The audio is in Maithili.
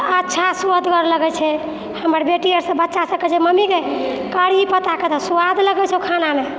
तऽ अच्छा सुअदगर लगै छै हमर बेटी आर बच्चासब कहै छै मम्मी गइ कढ़ी पत्ताके तऽ सुआद लगै छौ खानामे